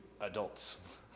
adults